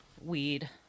weed